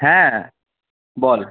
হ্যাঁ বল